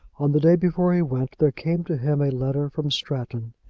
on the day before he went, there came to him a letter from stratton.